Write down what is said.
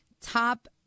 top